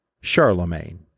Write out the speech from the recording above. Charlemagne